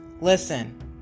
listen